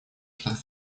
штатов